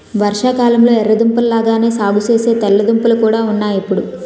వర్షాకాలంలొ ఎర్ర దుంపల లాగానే సాగుసేసే తెల్ల దుంపలు కూడా ఉన్నాయ్ ఇప్పుడు